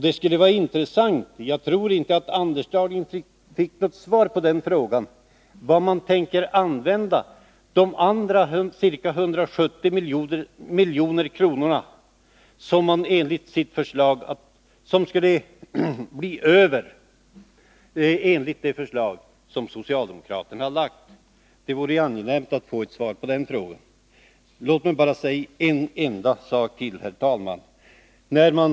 Det skulle vara intressant att höra — jag tror inte att Anders Dahlgren fick något svar på den frågan — vad man tänker använda de ca 170 milj.kr. till som skulle bli över enligt det förslag som socialdemokraterna har framlagt. Det vore angenämt att få ett svar på den frågan. Låt mig sedan säga bara en enda sak till, herr talman!